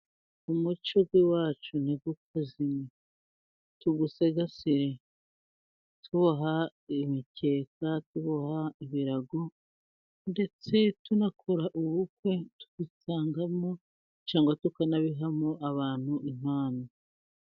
Umuco w'iwacu ntukazime tuwusigasire, tuboha imikeka, tuboha ibirago, ndetse tunakora ubukwe tubisangamo cyangwa tukanabihamo abantu impano.